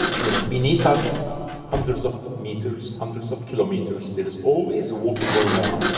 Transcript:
you know beneath us hundreds of meters, hundreds of kilometers there is always water going around.